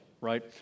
right